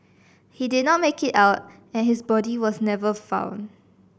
he did not make it out and his body was never found